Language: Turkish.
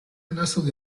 nasıl